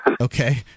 Okay